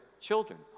children